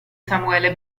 samuele